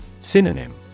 synonym